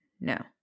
No